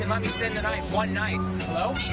and let me spend the night. one night. hello?